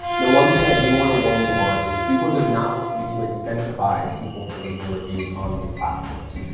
now, one thing i do want to warn you on is google does not want you to incentivize people for leaving reviews on these platforms.